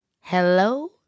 Hello